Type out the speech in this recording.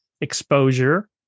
exposure